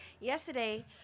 Yesterday